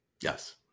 Yes